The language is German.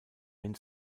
lion